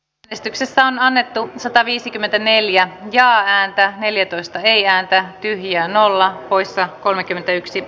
esityksessä on annettu sataviisikymmentäneljä ja ääntä neljätoista ei ääntä tyhjiä nolla poissa kolmekymmentäyksi